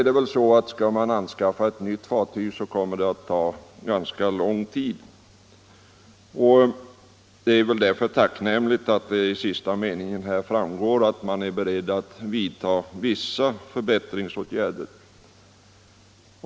Dess värre kommer det att ta ganska lång tid att anskaffa ett nytt fartyg. Det är därför tacknämligt att det av sista meningen i svaret framgår att man är beredd att vidta vissa förbättringsåtgärder.